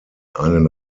einen